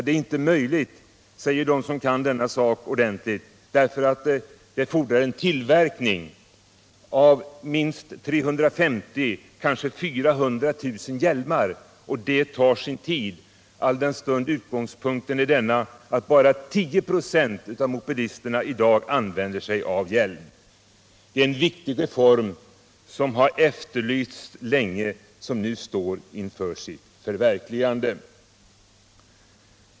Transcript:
Det är inte möjligt, säger de som kan denna sak ordentligt, därför att det fordras tillverkning av minst 350 000, kanske 400 000 hjälmar. Det tar sin tid, alldenstund utgångspunkten är den att bara 10 96 av mopedisterna i dag använder sig av hjälm. Det är en viktig reform, som har efterlysts länge, som nu står inför sitt förverkligande.